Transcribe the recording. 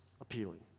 appealing